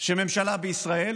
שממשלה בישראל